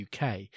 UK